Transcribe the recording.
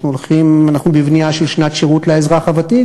אנחנו בבנייה של שנת שירות לאזרח הוותיק,